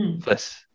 first